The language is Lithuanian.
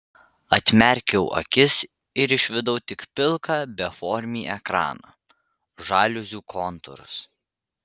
atmerkiau akis ir išvydau tik pilką beformį ekraną žaliuzių kontūrus